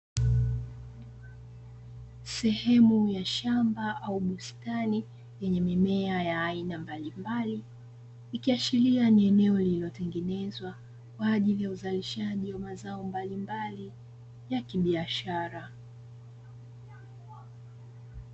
Sehemu ya shamba au bustani yenye mimea ya aina mbalimbali, ikiashiria ni eneo lililotengenezwa kwa ajili ya uzalishaji wa mazao mbalimbali ya kibiashara.